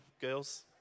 girls